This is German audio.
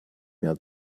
mehr